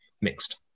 mixed